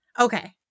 Okay